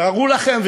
תארו לכם,